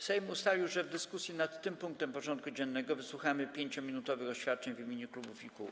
Sejm ustalił, że w dyskusji nad tym punktem porządku dziennego wysłucha 5-minutowych oświadczeń w imieniu klubów i kół.